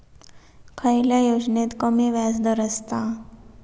खयल्या योजनेत कमी व्याजदर असता?